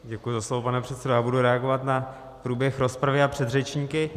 Děkuji za slovo, pane předsedo, já budu reagovat na průběh rozpravy a předřečníky.